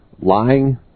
lying